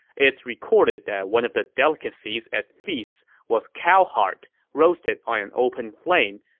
it's recorded that one of the delicacies at feasts was cow heart, roasted on an open flame,